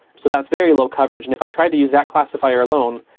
so that's very low coverage. and if i tried to use that classifier alone,